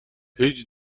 هیچ